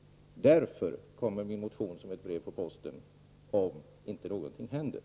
Därför kommer min motion, om inte något händer, som ett brev på posten.